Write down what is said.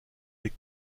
les